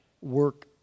work